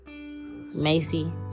Macy